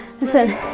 listen